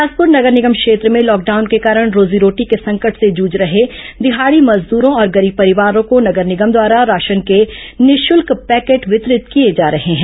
बिलासपूर नगर निगम क्षेत्र में लॉकडाउन के कारण रोजी रोटी के संकट से जुझ रहे देहाड़ी मजदूरो और गरीब परिवारों ँको नगर निगम द्वारा राशन के निःशुल्क पैकेट वितरित किए जा रहे हैं